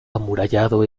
amurallado